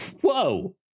whoa